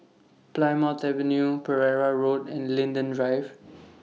Plymouth Avenue Pereira Road and Linden Drive